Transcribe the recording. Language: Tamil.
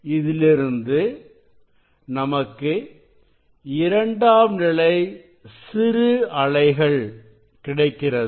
இதிலிருந்து நமக்கு இரண்டாம் நிலை சிறு அலைகள் கிடைக்கிறது